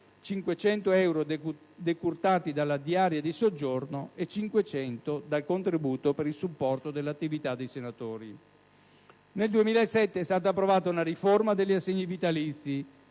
(500 euro decurtati dalla diaria di soggiorno e 500 dal contributo per il supporto dell'attività dei senatori). Nel 2007 è stata approvata una riforma degli assegni vitalizi,